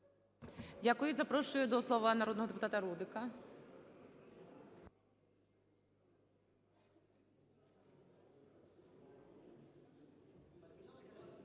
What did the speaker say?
Дякую. Запрошую до слова народного депутата Сергія